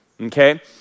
okay